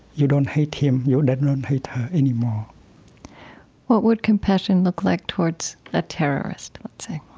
you don't hate him, you and don't hate her anymore what would compassion look like towards a terrorist, let's say?